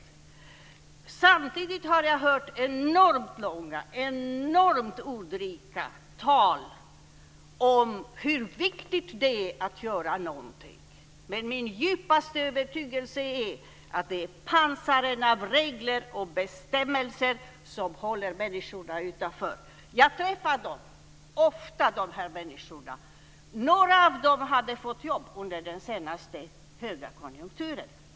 Samtidigt har jag hört enormt långa och enormt ordrika tal om hur viktigt det är att göra någonting. Men min djupaste övertygelse är att det är pansarna av regler och bestämmelser som håller människorna utanför. Jag träffar ofta de här människorna. Några av dem hade fått jobb under den senaste högkonjunkturen.